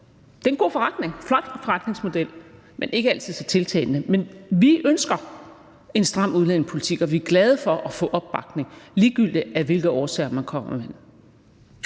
Det er en god forretning, en flot forretningsmodel, men ikke altid så tiltalende. Men vi ønsker en stram udlændingepolitik, og vi er glade for at få opbakning, ligegyldig hvilken årsag man kommer med.